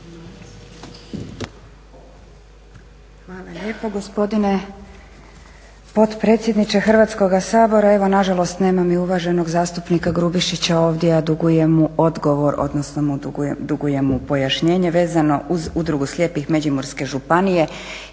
Hvala lijepo gospodine potpredsjedniče Hrvatskoga sabora. Evo nažalost nema mi uvaženog zastupnika Grubišića ovdje, a dugujem mu odgovor, odnosno dugujem mu pojašnjenje vezano uz Udrugu slijepih Međimurske županije